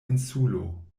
insulo